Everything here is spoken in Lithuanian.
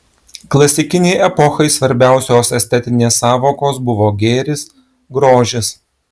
klasikinei epochai svarbiausios estetinės sąvokos buvo gėris grožis